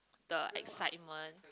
the excitement